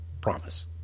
Promise